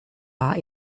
war